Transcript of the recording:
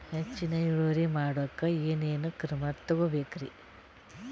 ಹೆಚ್ಚಿನ್ ಇಳುವರಿ ಮಾಡೋಕ್ ಏನ್ ಏನ್ ಕ್ರಮ ತೇಗೋಬೇಕ್ರಿ?